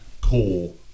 cool